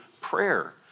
prayer